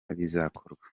bizakorwa